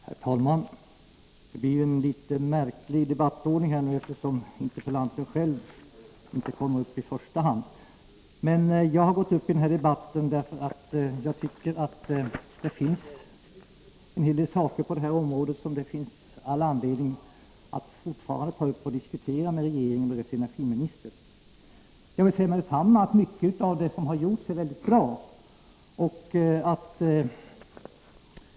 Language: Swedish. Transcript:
Herr talman! Det blir en litet märklig debattordning, eftersom interpellanten själv inte kommer upp i första hand. Jag har gått upp i denna debatt därför att jag tycker att det är en hel del saker på detta område som det fortfarande finns all anledning att diskutera med regeringen och dess energiminister. Jag vill med detsamma säga att mycket av det som har gjorts är mycket bra.